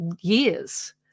years